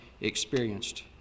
experienced